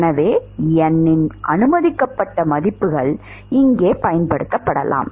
எனவே n இன் அனுமதிக்கப்பட்ட மதிப்புகள் இங்கே பயன்படுத்தப்படலாம்